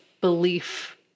belief